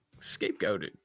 scapegoated